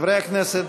חברי הכנסת,